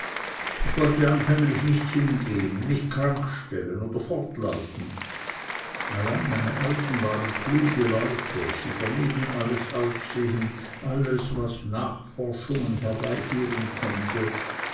ich wollte anfänglich nicht hingehen mich krank stellen oder fortlaufen allein meine alten waren kluge leute sie vermieden alles aufsehen alles was nachforschungen herbeiführen konnte